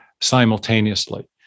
simultaneously